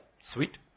sweet